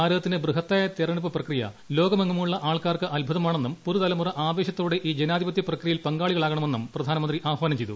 ഭാരതത്തിന്റെ ബൃഹത്തായ തെരഞ്ഞെടുപ്പ് പ്രക്രിയ ലോകമെങ്ങുമുള്ള ആൾക്കാർക്ക് അത്ഭുതമാണെന്നും പ്പിയു ്തലമുറ ആവേശത്തോടെ ഈ ജനാതിപധ്യ പ്രക്രിയയിൽ പ്പങ്കാളികാളാകണമെന്നും പ്രധാനമന്ത്രി ആഹ്വാനം ചെയ്തു